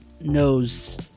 knows